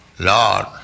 Lord